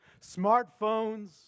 Smartphones